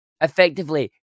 effectively